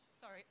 Sorry